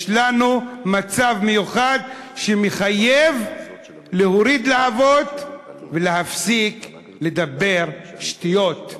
יש לנו מצב מיוחד שמחייב להוריד להבות ולהפסיק לדבר שטויות.